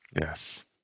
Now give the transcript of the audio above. Yes